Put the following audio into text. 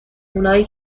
اونای